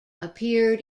appeared